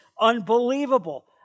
unbelievable